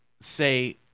say